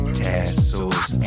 tassels